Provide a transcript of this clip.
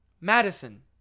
Madison